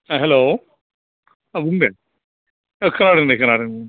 hello औ बुंदो औ खोनादों दे खोनादों